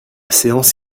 séance